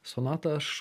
sonata aš